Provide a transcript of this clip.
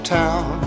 town